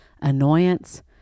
annoyance